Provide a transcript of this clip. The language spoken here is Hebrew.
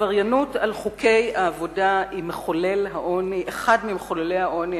עבריינות על חוקי העבודה היא אחד ממחוללי העוני